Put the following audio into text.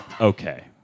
okay